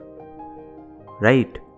Right